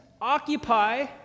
occupy